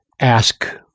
ask